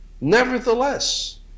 nevertheless